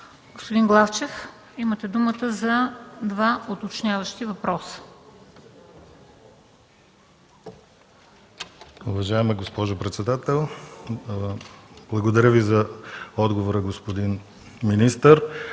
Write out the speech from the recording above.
Господин Главчев, имате думата за два уточняващи въпроса.